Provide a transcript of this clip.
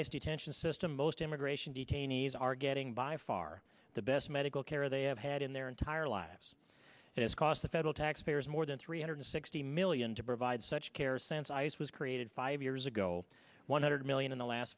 ice detention system most immigration detainee are getting by far the best medical care they have had in their entire lives it has cost the federal taxpayers more than three hundred sixty million to provide such care since ice was created five years ago one hundred million in the last